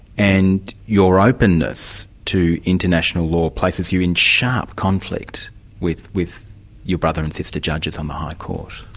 and your openness to international law places you in sharp conflict with with your brother and sister judges on the high court.